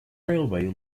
railway